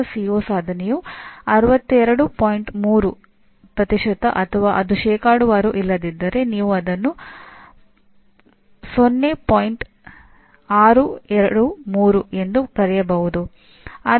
ಇದೀಗ ಏನಾಗುತ್ತಿದೆ ಎಂದರೆ ಜನರು ಪರಿಣಾಮಗಳನ್ನು ಬರೆಯುತ್ತಿದ್ದಾರೆ ಏಕೆಂದರೆ ಎನ್ಬಿಎಗೆ ನೀವು ಪಠ್ಯಕ್ರಮದ ಪರಿಣಾಮಗಳನ್ನು ಬರೆಯುವುದು ಮತ್ತು ಪರಿಣಾಮಗಳನ್ನು ಸಾಧಿಸುವ ಮಟ್ಟವನ್ನು ಹೇಗಾದರೂ ಲೆಕ್ಕಾಚಾರ ಮಾಡುವುದು ಮುಖ್ಯ